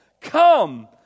Come